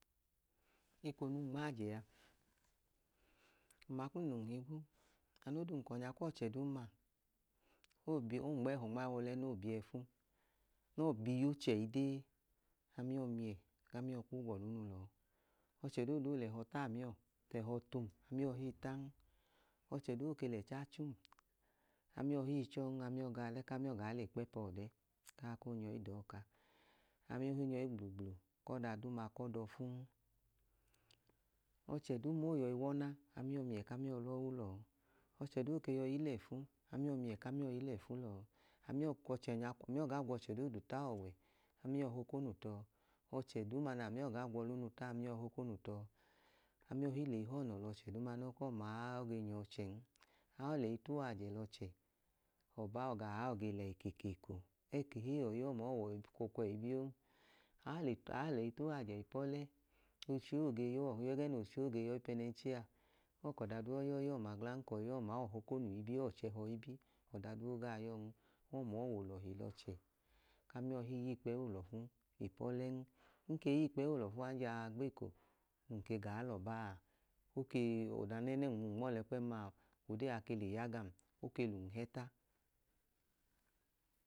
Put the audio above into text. Eko num nma ajẹ a, umama kum lum higwo, anoo dum ka ọnyakwọchẹ duuma noon ma ẹhọ nma i wa ọlẹ, noo bi ẹfu, noo bi iyo che ẹyi dee, ami miyẹ, ku amiyọ kwuu ga ọlunu lẹ ọọ. Ọche doodu ọọ lẹ ẹhọ ta amiyọ, ọchẹ doodu ọọ lẹ ẹhọ tu um, amiyọ hii tan. Ọchẹ doodu ọọ ke lẹ ẹcha cha um, amiyọ hii cha ọọn, ami ọọ ga ọlẹ ku ami ọọ wa i le kpẹpọ ọlẹ ku aa koo nyọ i dọka. Ami ooh ii nyọ i gblugblu ku ọda duuma ku ọda ẹcha n. Ọchẹ duuma oo yọi wu ọna, ami ọọ miyẹ ku ami ọọ lọọ wu lẹ ọọ. E ke yọi yila ẹfu, ami ọọ miyẹ ku ami ọọ yila ẹfu lẹ ọọ. Ami ọọ gaa gwu ọchẹ doodu ta ọwẹ, ami ọọ hokonu tọ. Ọchẹ duuma nẹ ami ọọ gaa gwu ọlunu ta, ami ọọ hokonu tọ. Ami ọọ lẹ eyi họnọ lẹ ọchẹ duuma noo ka ọma ọọ i ge nya ọchẹn. Awọ ọọ lẹ ẹyi tuwajẹ lẹ ọchẹ, ọba ọọ ga, awọ ọọ gee lẹ ekekeeko. Ẹẹ ka ehei, ọyi ọma ọọ wẹ ọyi ọkwọkwẹyi ibi oo. Awọ ọọ lẹ ẹyi tuwajẹ ipọlẹ, oche ọọ ge ya uwọ, ẹgẹẹ nẹ oche ọọ ge ya ọyipẹnẹnchẹ a, ẹẹ ka ọda duu ọọ ya ọyi ọma glan, ka ọyi ọma, ọọ hokonu ọọ ge chẹ ẹhọ ibi. Ọda duu ooga aa ya ọọn. Ọma ọọ wẹ olọhi lẹ ọchẹ. Ami ọọ hii ya ikpẹyi olọfu ipọlẹn. Ng ke ya ikpẹyi olọfu an jaa gba eko num ke gaa lẹ ọba a. Ọda nẹ ẹnẹm nwu um nma ọlẹ kpẹẹm a, o ke le ya gam, o ke lẹ um hẹta